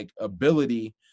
ability